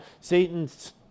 Satan's